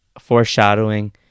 foreshadowing